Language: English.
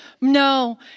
No